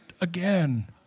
again